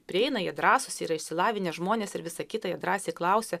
prieina jie drąsūs yra išsilavinę žmonės ir visą kitą jau drąsiai klausia